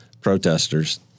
protesters